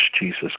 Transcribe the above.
Jesus